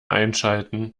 einschalten